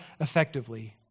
effectively